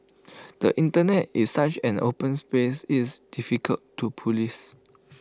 the Internet is such an open space it's difficult to Police